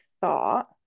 thought